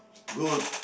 good